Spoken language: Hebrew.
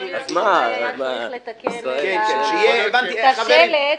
צריך לתקן את השלט,